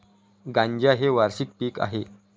गांजा हे वार्षिक पीक आहे